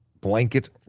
blanket